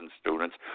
students